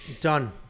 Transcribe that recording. Done